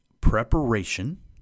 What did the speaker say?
preparation